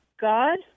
God